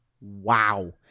Wow